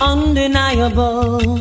Undeniable